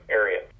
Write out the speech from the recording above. area